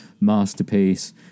masterpiece